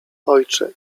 ojcze